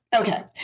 Okay